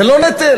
זה לא נטל?